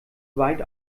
weit